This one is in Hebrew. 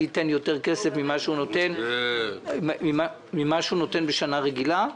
ייתן יותר כסף ממה שהוא נותן בשנה רגילה.